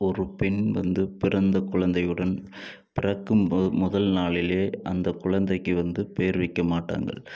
ஒரு பெண் வந்து பிறந்த குழந்தையுடன் பிறக்கும் முதல் நாளிலேயே அந்த குழந்தைக்கு வந்து பேர் வைக்கமாட்டார்கள்